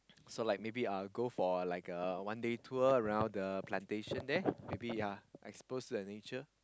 so like maybe uh go for like a one day tour around the plantation there maybe ya expose to the nature